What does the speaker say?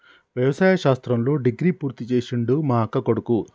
వ్యవసాయ శాస్త్రంలో డిగ్రీ పూర్తి చేసిండు మా అక్కకొడుకు